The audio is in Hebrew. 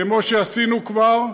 כמו שעשינו כבר,